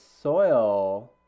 soil